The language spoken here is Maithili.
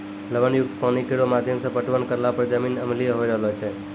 लवण युक्त पानी केरो माध्यम सें पटवन करला पर जमीन अम्लीय होय रहलो छै